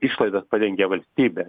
išlaidas padengia valstybė